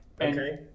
Okay